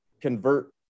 Convert